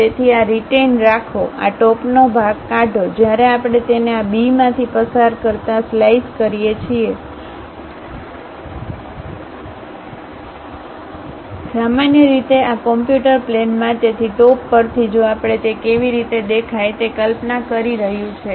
તેથી આ રિટેઈન રાખો આ ટોપનો ભાગ કાઢો જ્યારે આપણે તેને આ B થી પસાર કરતા સ્લાઇસ કરીએ છીએ સામાન્ય રીતે આ કમ્પ્યુટર પ્લેનમાં તેથી ટોપ પરથી જો આપણે તે કેવી દેખાય છે તે કલ્પના કરી રહ્યું છે